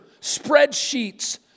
spreadsheets